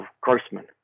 Grossman